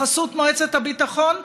בחסות מועצת הביטחון,